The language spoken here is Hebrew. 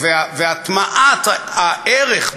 והטמעת הערך,